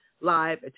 live